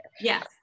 Yes